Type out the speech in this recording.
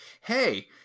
hey